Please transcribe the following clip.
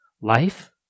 life